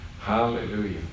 hallelujah